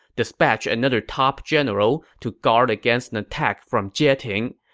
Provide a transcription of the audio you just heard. dispatch another top general to guard against an attack from jieting.